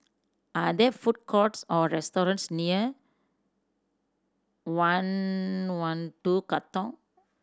are there food courts or restaurants near I One Two Katong